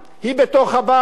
היא בתוך הבית,